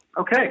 okay